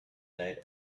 night